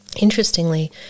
interestingly